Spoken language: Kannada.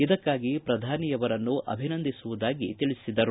ಇದಕ್ಕಾಗಿ ಪ್ರಧಾನಿ ಅವರನ್ನು ಅಭಿನಂದಿಸುವುದಾಗಿ ತಿಳಿಸಿದರು